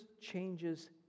changes